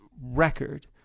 record